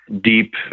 deep